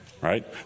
right